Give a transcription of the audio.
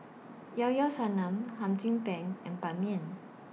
Llao Llao Sanum Hum Chim Peng and Ban Mian